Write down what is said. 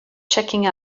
checking